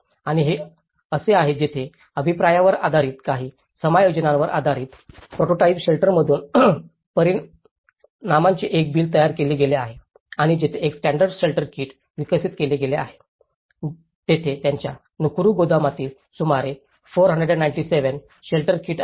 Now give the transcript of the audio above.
आणि हे असे आहे जेथे अभिप्रायावर आधारित काही समायोजनांवर आधारित प्रोटोटाइप शेल्टरमधून परिमाणांचे एक बिल तयार केले गेले आहे आणि जेथे एक स्टॅंडर्ड शेल्टर किट विकसित केले गेले आहे तेथे त्याच्या नकुरू गोदामातील सुमारे 497 शेल्टर किट आहेत